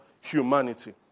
humanity